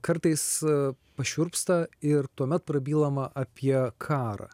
kartais pašiurpsta ir tuomet prabylama apie karą